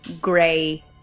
gray